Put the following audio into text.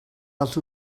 dels